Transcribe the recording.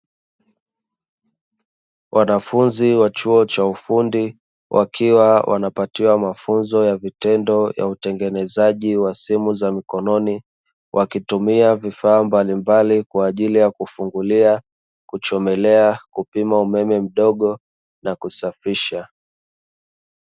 Wanafunzi wa chuo cha ufundi wakiwa wanapatiwa mafunzo ya vitendo ya utengenezaji wa simu za mkononi wakitumia vifaa mbalimbali kwa ajili ya: kufungulia, kuchomelea, kupima umeme mdogo na kusafisha.